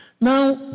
Now